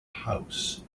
house